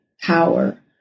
power